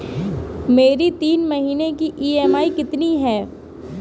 मेरी तीन महीने की ईएमआई कितनी है?